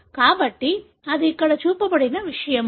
కాబట్టి అది ఇక్కడ చూపబడిన విషయం